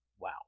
Wow